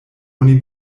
oni